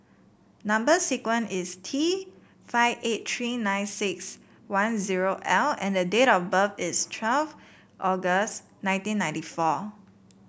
number sequence is T five eight three nine six one zero L and the date of birth is twelve August nineteen ninety four